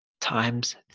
times